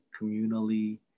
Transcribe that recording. communally